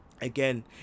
again